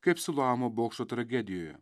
kaip siloamo bokšto tragedijoje